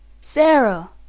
Sarah